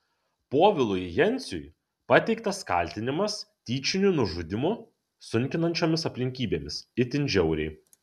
povilui jenciui pateiktas kaltinimas tyčiniu nužudymu sunkinančiomis aplinkybėmis itin žiauriai